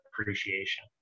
appreciation